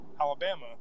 Alabama